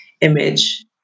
image